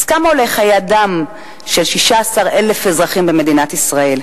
אז כמה עולים חיי אדם של 16,000 אזרחים במדינת ישראל?